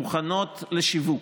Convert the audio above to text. מוכנות לשיווק,